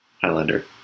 Highlander